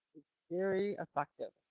very effective.